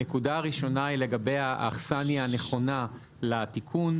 הנקודה הראשונה היא לגבי האכסניה הנכונה לתיקון.